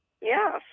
Yes